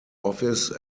office